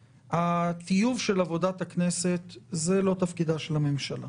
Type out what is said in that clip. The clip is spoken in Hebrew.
הטיוב של עבודת הכנסת זה לא תפקידה של הממשלה,